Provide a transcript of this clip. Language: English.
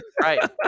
Right